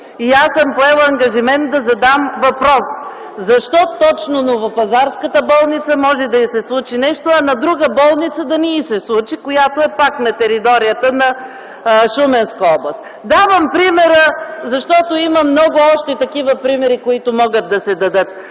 и аз съм поела ангажимент да задам въпрос. Защо точно Новопазарската болница може да й се случи нещо, а на друга болница да не й се случи, която пак е на територията на Шуменска област? Давам примера, защото има още много такива примери, които могат да се дадат.